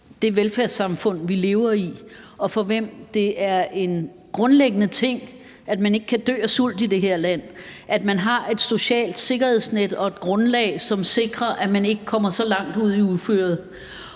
det velfærdssamfund, vi lever i, og hvor det er en grundlæggende ting, at man ikke kan dø af sult; at man har et socialt sikkerhedsnet og et grundlag, som sikrer, at man ikke kommer så langt ud i uføret.